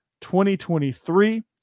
2023